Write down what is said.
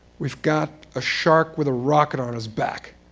we've got a shark with a rocket on his back.